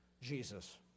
Jesus